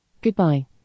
Goodbye